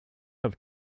have